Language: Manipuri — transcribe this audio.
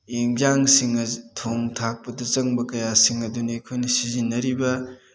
ꯑꯦꯟꯖꯥꯡꯁꯤꯡ ꯑꯁꯤ ꯊꯣꯡ ꯊꯥꯛꯄꯗ ꯆꯪꯕ ꯀꯌꯥꯁꯤꯡ ꯑꯗꯨꯅꯤ ꯑꯩꯈꯣꯏꯅ ꯁꯤꯖꯤꯟꯅꯔꯤꯕ